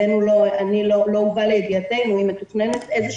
לא הובא לידיעתנו אם מתוכננת איזו